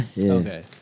Okay